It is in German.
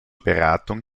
beratung